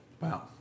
Wow